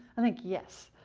i think yes.